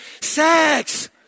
Sex